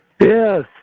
Yes